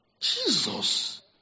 Jesus